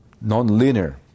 Non-linear